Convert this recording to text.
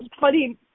funny